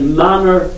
manner